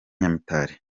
nyamitari